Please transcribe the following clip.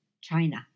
China